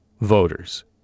voters